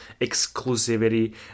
exclusivity